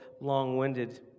long-winded